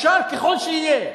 מוכשר ככל שיהיה,